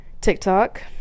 TikTok